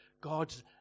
God's